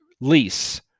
lease